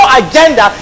agenda